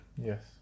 Yes